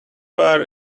bar